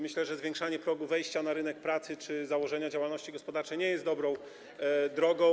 Myślę, że zwiększanie progu wejścia na rynek pracy czy założenia działalności gospodarczej nie jest dobrą drogą.